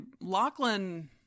Lachlan